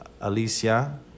Alicia